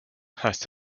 heißt